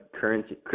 currency